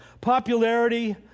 Popularity